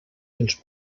dels